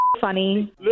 funny